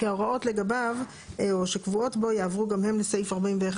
כי ההוראות לגביו או שקבועות בו יעברו גם הן לסעיף 41,